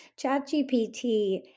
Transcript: ChatGPT